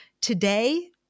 today